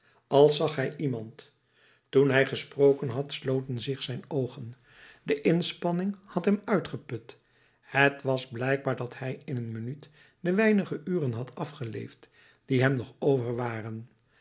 als zag hij iemand toen hij gesproken had sloten zich zijn oogen de inspanning had hem uitgeput het was blijkbaar dat hij in een minuut de weinige uren had afgeleefd die hem nog over waren